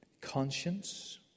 Conscience